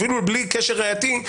אפילו בלי קשר ראייתי.